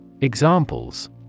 Examples